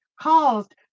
caused